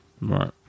Right